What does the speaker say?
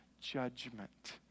judgment